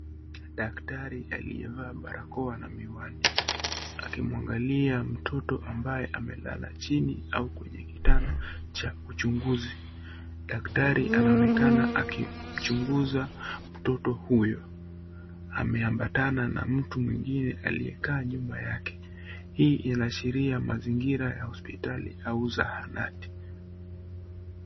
Daktari aliyevaa barakoa na miwani. Akimwangalia mtoto ambaye amelala chini au kwenye kitanda cha uchunguzi. Daktari anaonekana akimchunguza mtoto huyo. Ameambatana na mtu mwingine aliyekaa nyuma yake. Hii inaashiria mazingira ya hospitali au zahanati.